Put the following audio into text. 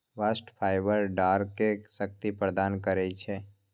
bast fibre डांरके शक्ति प्रदान करइ छै